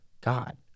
God